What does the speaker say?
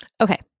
Okay